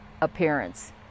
appearance